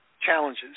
challenges